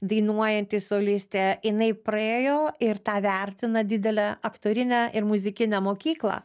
dainuojanti solistė jinai praėjo ir tą vertina didele aktorine ir muzikine mokykla